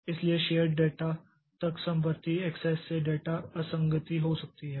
इसलिए shared data तक समवर्ती एक्सेस से डेटा असंगति हो सकती है